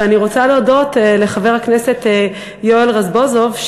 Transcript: ואני רוצה להודות לחבר הכנסת יואל רזבוזוב,